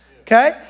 Okay